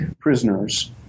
prisoners